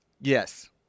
Yes